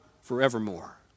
forevermore